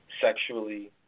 sexually